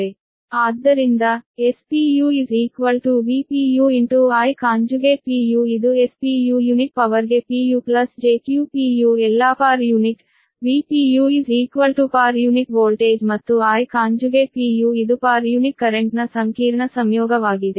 ಆದ್ದರಿಂದ Spu Vpu Ipuಇದು Spu unit ಪವರ್ಗೆ Ppu jQpu ಎಲ್ಲಾ ಪ್ರತಿ ಯೂನಿಟ್ Vpu ಪ್ರತಿ ಯುನಿಟ್ ವೋಲ್ಟೇಜ್ ಮತ್ತು Ipu ಇದು ಪ್ರತಿ ಯುನಿಟ್ ಕರೆಂಟ್ನ ಸಂಕೀರ್ಣ ಸಂಯೋಗವಾಗಿದೆ